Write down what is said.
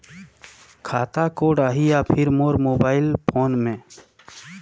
खाता कोड आही या फिर मोर मोबाइल फोन मे?